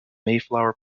mayflower